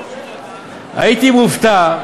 הייתי מופתע,